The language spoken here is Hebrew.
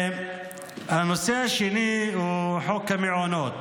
הנושא השני הוא חוק המעונות: